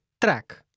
track